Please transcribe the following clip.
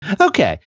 Okay